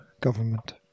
government